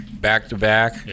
back-to-back